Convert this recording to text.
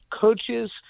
coaches